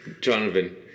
Jonathan